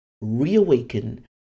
reawaken